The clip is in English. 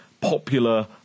popular